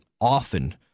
often